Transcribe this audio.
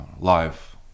live